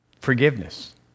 forgiveness